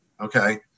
okay